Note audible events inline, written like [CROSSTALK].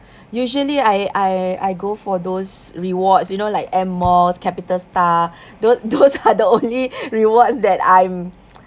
usually I I I go for those rewards you know like M malls capital star tho~ those are the only rewards that I'm [NOISE]